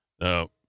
Now